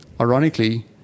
ironically